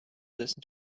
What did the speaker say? listen